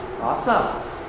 Awesome